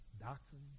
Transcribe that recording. doctrine